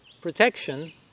protection